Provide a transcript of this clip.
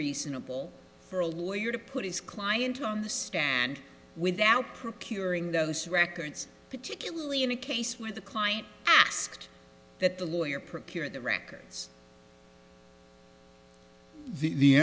reasonable for a lawyer to put his client on the stand without procuring those records particularly in a case where the client asked that the lawyer procure the record